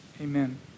Amen